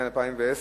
9), התש"ע